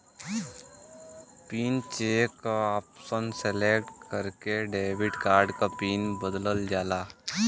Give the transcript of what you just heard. pin change क option select करके debit card क पिन बदलल जाला